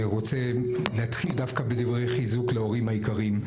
רוצה להתחיל דווקא בדברי חיזוק להורים היקרים,